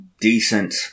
decent